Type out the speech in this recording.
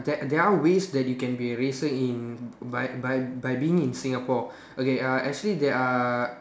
that are there are ways that you can be a racer in by by by being in Singapore okay uh actually there are